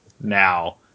now